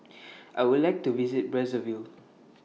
I Would like to visit Brazzaville